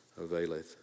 availeth